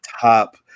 top